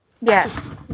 Yes